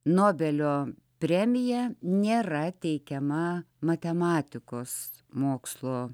nobelio premija nėra teikiama matematikos mokslo